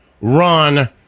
run